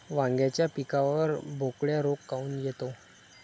वांग्याच्या पिकावर बोकड्या रोग काऊन येतो?